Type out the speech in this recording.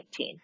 2019